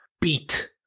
beat